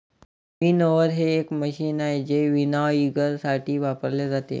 winnower हे एक मशीन आहे जे विनॉयइंगसाठी वापरले जाते